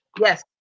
yes